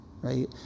Right